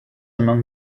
among